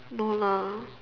no lah